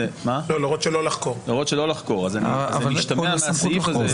אבל משתמע מהסעיף הזה,